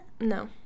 no